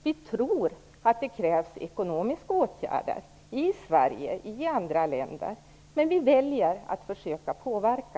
Vi tror att det krävs ekonomiska åtgärder i Sverige och i andra länder, men vi väljer att försöka påverka.